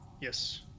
Yes